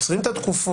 עוצרים את התקופות,